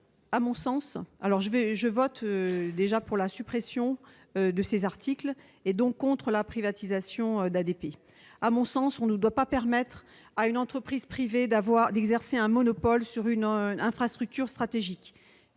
identiques de suppression, car je suis contre la privatisation d'ADP. À mon sens, on ne doit pas permettre à une entreprise privée d'exercer un monopole sur une infrastructure stratégique.